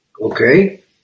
okay